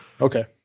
okay